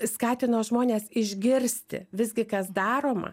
skatino žmones išgirsti visgi kas daroma